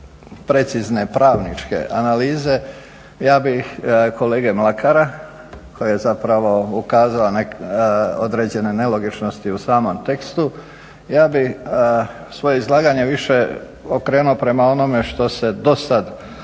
precizne pravničke analize, ja bih kolege Mlakara, koji je zapravo ukazao na određene nelogičnosti u samom tekstu, ja bih svoje izlaganje više okrenuo prema onome što se do sada